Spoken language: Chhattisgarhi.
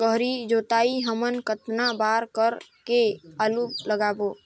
गहरी जोताई हमन कतना बार कर के आलू लगाबो?